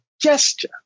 gesture